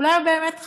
אולי הוא באמת חשב: